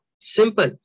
Simple